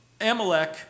Amalek